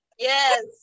Yes